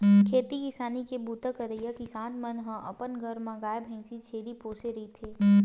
खेती किसानी के बूता करइया किसान मन ह अपन घर म गाय, भइसी, छेरी पोसे रहिथे